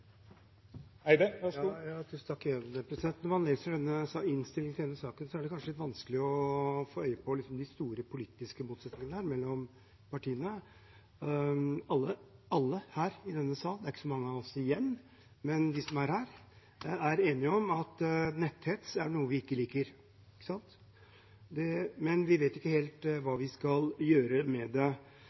det kanskje litt vanskelig å få øye på de store politiske motsetningene mellom partiene. Alle i denne sal – det er ikke så mange av oss igjen, men de som er her – er enige om at netthets er noe vi ikke liker, men vi vet ikke helt hva vi skal gjøre med det.